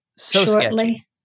shortly